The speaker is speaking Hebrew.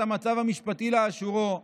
את המצב המשפטי לאשורו: